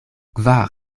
kvar